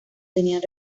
tenían